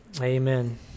amen